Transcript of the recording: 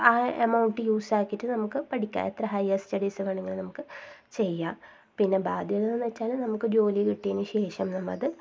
ആ എമൗണ്ട് യൂസാക്കിയിട്ട് നമുക്ക് പഠിക്കാൻ എത്ര ഹയർ സ്റ്റഡീസ് വേണമെങ്കിലും നമുക്ക് ചെയ്യാം പിന്നെ ബാധ്യത എന്നു വച്ചാൽ നമുക്ക് ജോലി കിട്ടിയതിന് ശേഷം നമ്മൾ അത്